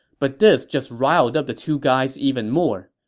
but this just riled up the two guys even more.